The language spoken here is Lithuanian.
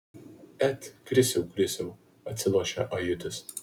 et krisiau krisiau atsilošia ajutis